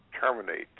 terminate